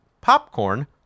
popcorn